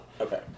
Okay